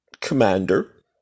Commander